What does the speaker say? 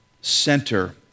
center